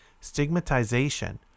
stigmatization